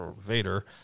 Vader